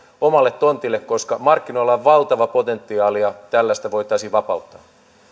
omalle tontille koska markkinoilla on valtavaa potentiaalia tällä sitä voitaisiin vapauttaa